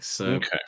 Okay